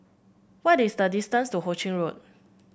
what is the distance to Ho Ching Road